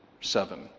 seven